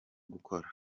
gukora